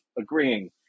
agreeing